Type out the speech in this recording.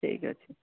ଠିକ୍ ଅଛି